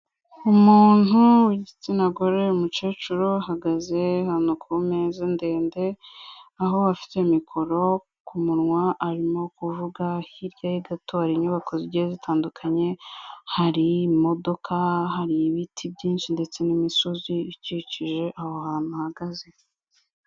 Umuntu w'igitsina gore, umukecuru uhagaze ahantu ku meza ndende, aho afite mikoro ku munwa, arimo kuvuga, hirya gato hari inyubako zigiye zitandukanye. Hari imodoka, hari ibiti byinshi, ndetse n'imisozi ikikije aho hantu ahagaze.